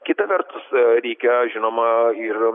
kita vertus reikia žinoma ir